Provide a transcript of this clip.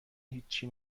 هیچی